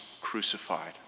crucified